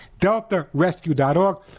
deltarescue.org